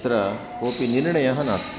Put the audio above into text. तत्र कोऽपि निर्णयः नास्ति